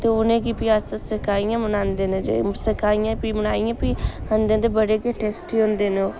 ते उ'नेंगी फ्ही अस सकाइयै बनांदे न जे सकाइयै फ्ही बनाइयै फ्ही खंदे न ते बड़े गै टेस्टी होंदे न ओह्